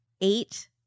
eight